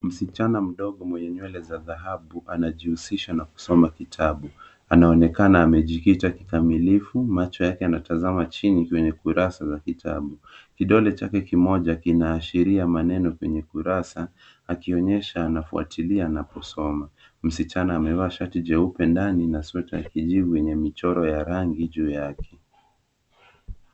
Msichana mdogo mwenye nywele za dhahabu anajihusisha na kusoma kitabu. Anaonekana amejikita kikamilifu, macho yake yanatazama chini kwenye kurasa la kitabu. Kidole chake kimoja kinaashiria maneno penye kurasa, akionyesha anafuatilia na kusoma. Msichana amevaa shati jeupe ndani na sweta ya kijivu yenye michoro ya rangi juu yake.